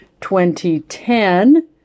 2010